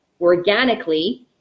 organically